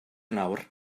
nawr